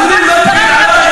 אני רוצה לדעת,